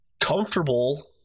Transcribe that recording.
comfortable